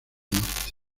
muerte